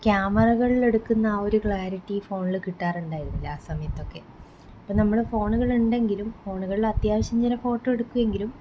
ക്യാമറകളിൽ എടുക്കുന്ന ആ ഒരു ക്ലാരിറ്റി ഫോണിൽ കിട്ടാറുണ്ടായിരുന്നില്ല ആ സമയത്തൊക്കെ ഇപ്പോൾ നമ്മൾ ഫോണുകൾ ഉണ്ടെങ്കിലും ഫോണുകളിൽ അത്യാവശ്യം ഫോട്ടോ എടുക്കുമെങ്കിലും